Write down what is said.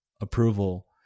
approval